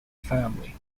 firmly